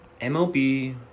MLB